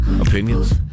opinions